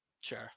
Sure